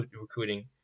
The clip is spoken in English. recruiting